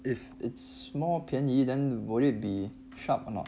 if it's small 便宜 then would it be sharp or not